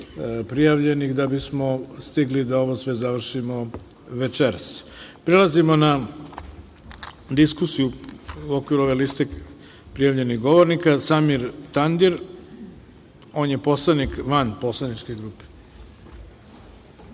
prijavljenih da bismo stigli da ovo sve završimo večeras. Prelazimo na diskusiju u okviru ove liste prijavljenih govornika. Reč ima narodni poslanik Samir Tandir. On je poslanik van poslaničke grupe.